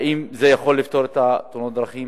האם זה יכול לפתור את תאונות הדרכים.